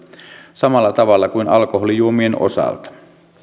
samalla tavalla kuin alkoholijuomien osalta